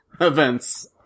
Events